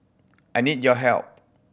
I need your help